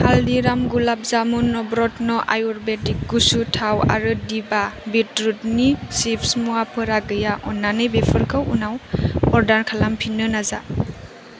हालदिराम गुलाब जामुन नवरत्न आयुवेदिक गुसु थाव आरो दिभा बिटरुटनि चिप्स मुवाफोरा गैया अन्नानै बेफोरखौ उनाव अर्डार खालामफिन्नो नाजा